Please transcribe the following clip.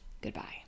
Goodbye